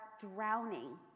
drowning